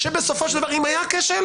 שבסופו של דבר אם היה כשל,